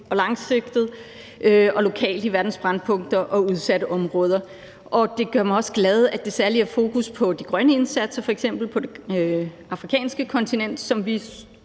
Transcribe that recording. og langsigtet og lokalt i verdens brændpunkter og udsatte områder. Og det gør mig også glad, at der særlig er fokus på de grønne indsatser, f.eks. på det afrikanske kontinent, hvad vi